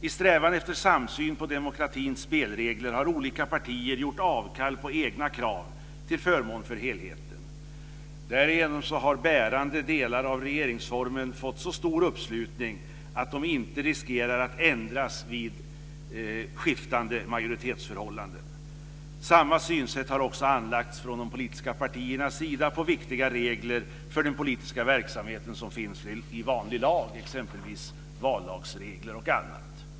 I strävan efter samsyn på demokratins spelregler har olika partier gjort avkall på egna krav till förmån för helheten. Därigenom har bärande delar av regeringsformen fått så stor uppslutning att de inte riskerar att ändras vid skiftande majoritetsförhållanden. Samma synsätt har anlagts från de politiska partiernas sida på viktiga regler för den politiska verksamheten som finns i vanlig lag, exempelvis vallagsregler.